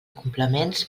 complements